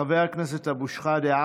חבר הכנסת אבו שחאדה,